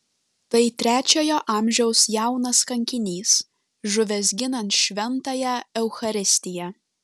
tai trečiojo amžiaus jaunas kankinys žuvęs ginant šventąją eucharistiją